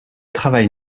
travaille